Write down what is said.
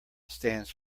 stands